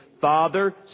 Father